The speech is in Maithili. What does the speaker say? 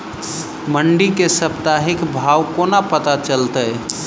मंडी केँ साप्ताहिक भाव कोना पत्ता चलतै?